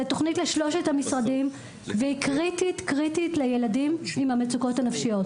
זו תוכנית לשלושת המשרדים והיא קריטית לילדים עם המצוקות הנפשיות.